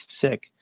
sick